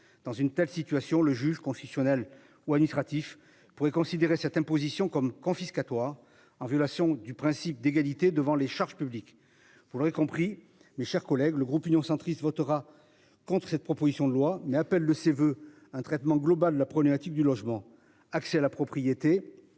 dans une telle situation. Le juge constitutionnel ou administratif pourrait considérer cette imposition comme confiscatoire en violation du principe d'égalité devant les charges publiques. Vous l'avez compris, mes chers collègues, le groupe Union centriste votera contre cette proposition de loi n'appelle le ses voeux un traitement global. La problématique du logement. Accès à la propriété.